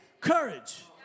courage